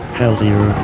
healthier